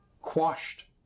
quashed